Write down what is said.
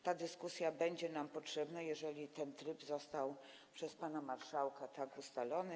Ta dyskusja będzie nam potrzebna - jeżeli ten tryb został przez pana marszałka tak ustalony.